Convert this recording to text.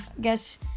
guess